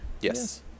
Yes